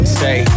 say